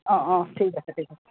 অঁ অঁ ঠিক আছে ঠিক আছে